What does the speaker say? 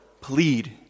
plead